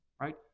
Right